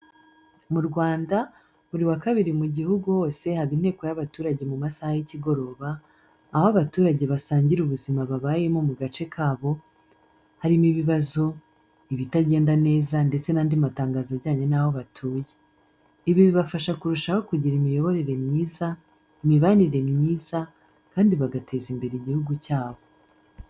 Mu Rwanda, buri wa kabiri mu gihugu hose haba inteko y’abaturage mu masaha y’ikigoroba, aho abaturage basangira ubuzima babayemo mu gace kabo, harimo ibibazo, ibitagenda neza ndetse n’andi matangazo ajyanye n'aho batuye. Ibi bibafasha kurushaho kugira imiyoborere myiza, imibanire myiza, kandi bagateza imbere igihugu cyabo.